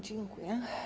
Dziękuję.